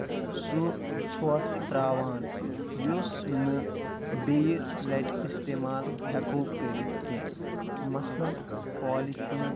سُہ ژھۄٹھ ترٛاوان یُس نہٕ بیٚیہِ لٹہِ اِستعمال ہؠکو کٔرِتھ کینٛہہ مثلن پولِتھیٖن